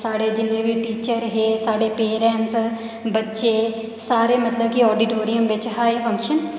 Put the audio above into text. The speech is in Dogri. साढ़े जिन्ने बी टीचर हे साढ़े पेरेंट्स बच्चे सारे के मतलब आडोटोरियम बिच हा एह् फंक्शन